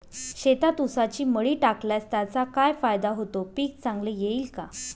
शेतात ऊसाची मळी टाकल्यास त्याचा काय फायदा होतो, पीक चांगले येईल का?